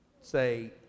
say